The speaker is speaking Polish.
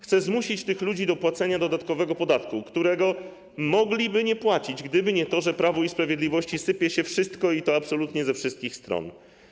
Chce ich zmusić do płacenia dodatkowego podatku, którego mogliby nie płacić, gdyby nie to, że Prawu i Sprawiedliwości sypie się wszystko i to absolutnie ze wszystkim stron.